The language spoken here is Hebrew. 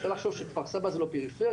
אפשר לחשוב שכפר סבא זה לא פריפריה,